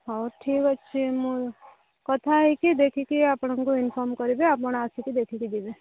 ହଉ ଠିକ୍ ଅଛି ମୁଁ କଥା ହେଇକି ଦେଖିକି ଆପଣଙ୍କୁ ଇନଫର୍ମ୍ କରିବି ଆପଣ ଆସିକି ଦେଖିକି ଯିବେ